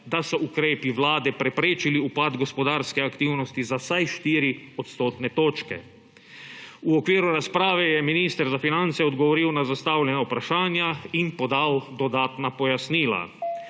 da so ukrepi Vlade preprečili upad gospodarske aktivnosti za vsaj 4 odstotne točke. V okviru razprave je minister za finance odgovoril na zastavljena vprašanja in podal dodatna pojasnila.